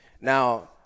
Now